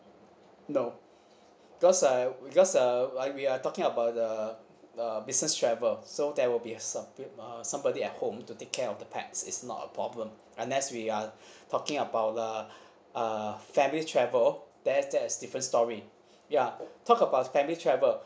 no because uh because uh I we are talking about the the business travel so there will be a some uh somebody at home to take care of the pets it's not a problem unless we are talking about the uh family travel then that's different story ya talk about family travel